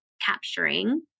capturing